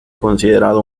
considerado